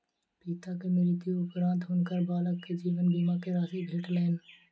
पिता के मृत्यु उपरान्त हुनकर बालक के जीवन बीमा के राशि भेटलैन